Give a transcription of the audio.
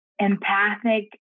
empathic